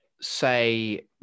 say